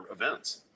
events